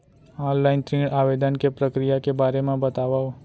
Online ऋण आवेदन के प्रक्रिया के बारे म बतावव?